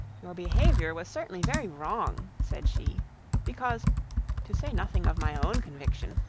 your behaviour was certainly very wrong, said she because to say nothing of my own conviction,